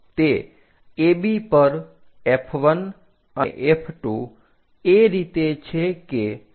તે AB પર F1 અને F2 એ રીતે છે કે જેથી F1O અને OF2 એ દરેક 35 mm થાય